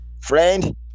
friend